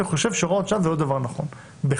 אני חושב שהוראות שעה זה לא דבר נכון בחקיקה.